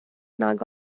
nag